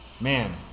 man